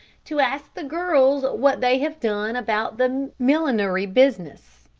to ask the girls what they have done about the millinery business.